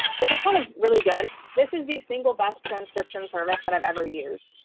which is kind of really good. this is the single best transcription service that i've ever used.